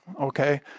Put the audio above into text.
okay